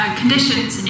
conditions